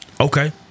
Okay